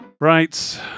Right